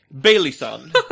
Bailey-son